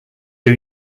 who